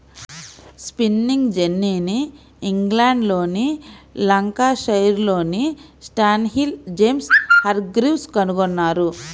spinning జెన్నీని ఇంగ్లండ్లోని లంకాషైర్లోని స్టాన్హిల్ జేమ్స్ హార్గ్రీవ్స్ కనుగొన్నారు